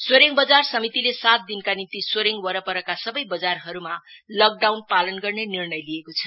सोरेङ बजार समितिले सात दिनका निम्ति सोरेङ परपरका सबै बजारहरूमा लकडाउन पालन गर्ने निर्णय लिएको छ